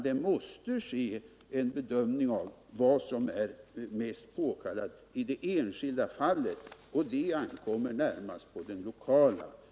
Det måste ske en bedömning av vad som är mest påkallat i det enskilda fallet, och det ankommer närmast på den lokala myndigheten.